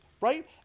right